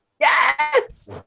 Yes